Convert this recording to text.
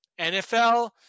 NFL